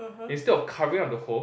instead of covering up the hole